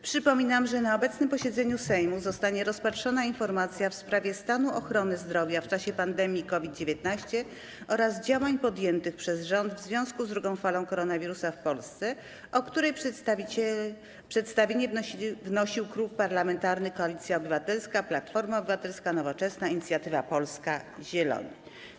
Przypominam, że na obecnym posiedzeniu Sejmu zostanie rozpatrzona informacja w sprawie stanu ochrony zdrowia w czasie pandemii COVID-19 oraz działań podjętych przez rząd w związku z drugą falą koronawirusa w Polsce, o której przedstawienie wnosił Klub Parlamentarny Koalicja Obywatelska - Platforma Obywatelska, Nowoczesna, Inicjatywa Polska, Zieloni.